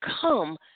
come